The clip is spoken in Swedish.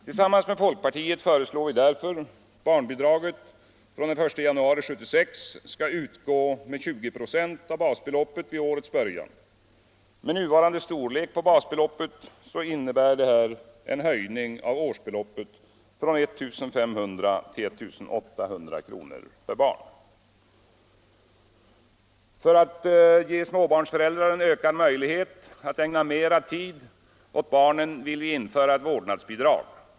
Tillsammans med folkpartiet föreslår vi därför att barnbidraget från den I januari 1976 skall utgå med 20 96 av basbeloppet vid årets början. Med nuvarande storlek på basbeloppet innebär detta en höjning av årsbeloppet från 1 500 kr. till 1 800 kr. per barn. För att ge småbarnsföräldrar en ökad möjlighet att ägna mera tid åt barnen vill vi införa ett vårdnadsbidrag.